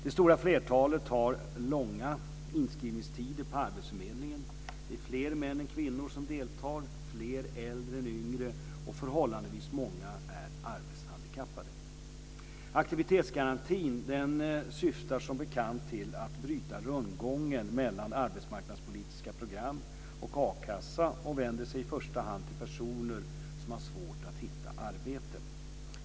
Det stora flertalet har långa inskrivningstider på arbetsförmedlingen. Det är fler män än kvinnor som deltar, det är fler äldre än yngre och förhållandevis många är arbetshandikappade. Aktivitetsgarantin syftar som bekant till att bryta rundgången mellan arbetsmarknadspolitiska program och a-kassa och vänder sig i första hand till personer som har svårt att hitta arbete.